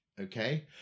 okay